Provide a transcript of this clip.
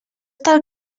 del